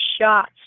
shots